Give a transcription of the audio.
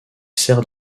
sert